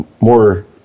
more